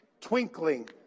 twinkling